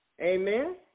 Amen